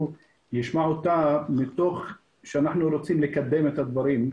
ישמע מתוך זה שאנחנו רוצים לקדם את הדברים,